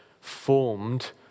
formed